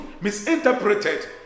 misinterpreted